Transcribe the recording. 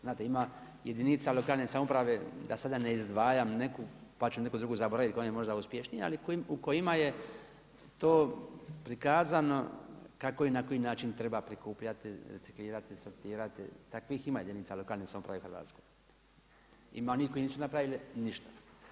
Znate ima jedinica lokalne samouprave, da sada ne izdvajam neku pa ću neku drugu zaboravit koja je možda uspješnija, ali u kojima je to prikazano kako i na koji način treba prikupljati, reciklirati, sortirati, takvih ima jedinica lokalne samouprave u Hrvatskoj. ima onih koje nisu napravile ništa.